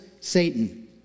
Satan